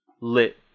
lit